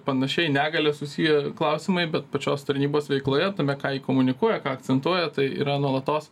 panašiai negalia susiję klausimai bet pačios tarnybos veikloje tame ką ji komunikuoja ką akcentuoja tai yra nuolatos